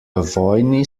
vojni